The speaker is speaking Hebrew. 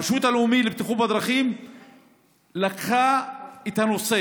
הרשות הלאומית לבטיחות בדרכים לקחה את הנושא